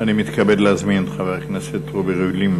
אני מתכבד להזמין את חבר הכנסת רובי ריבלין.